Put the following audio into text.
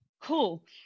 Cool